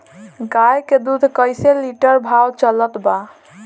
गाय के दूध कइसे लिटर भाव चलत बा?